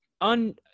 on